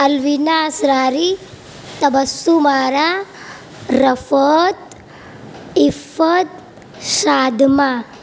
Alvina Israri Tabassum Ara Rifat Iffat Shadman